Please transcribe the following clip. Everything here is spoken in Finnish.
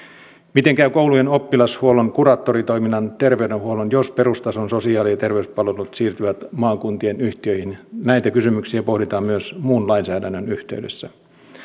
miten käy koulujen oppilashuollon kuraattoritoiminnan terveydenhuollon jos perustason sosiaali ja terveyspalvelut siirtyvät maakuntien yhtiöihin näitä kysymyksiä pohditaan myös muun lainsäädännön yhteydessä